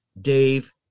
Dave